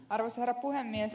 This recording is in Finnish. arvoisa herra puhemies